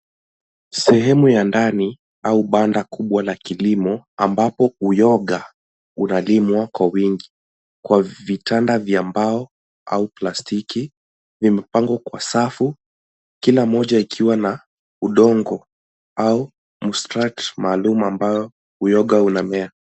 Sehemu ya ndani au banda kubwa la kilimo ambapo uyoga unalimwa kwa wingi. Kuna vitanda vya mbao au plastiki vimepangwa kwa safu, kila moja ikiwa na udongo au ]mstruct maalum ambao uyoga unamea.